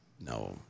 No